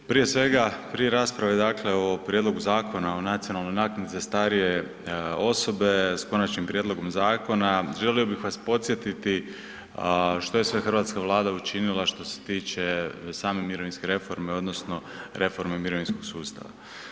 Prije svega prije rasprave o Prijedlogu Zakona o nacionalnoj naknadi za starije osobe s Konačnim prijedlogom Zakona, želio bih vas podsjetiti što je sve hrvatska Vlada učinila što se tiče same mirovinske reforme odnosno reforme mirovinskog sustava.